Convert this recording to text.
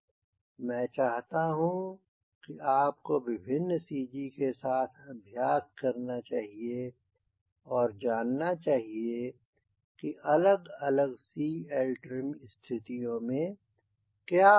मैं चाहता हूँ कि आपको विभिन्न CG के साथ अभ्यास करना और जानना चाहिए कि अलग अलग CLtrim स्थितियों में क्या होता है